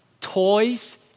toys